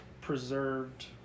preserved